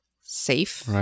safe